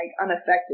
unaffected